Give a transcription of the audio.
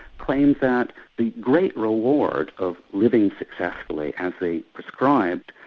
claimed that the great reward of living successfully as they prescribed,